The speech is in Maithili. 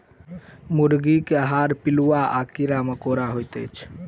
मुर्गीक आहार पिलुआ आ कीड़ा मकोड़ा होइत अछि